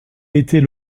était